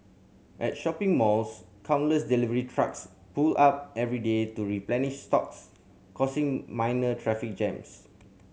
at shopping malls countless delivery trucks pull up every day to replenish stocks causing minor traffic jams